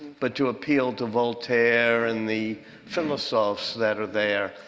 but to appeal to voltaire and the philosophs that are there.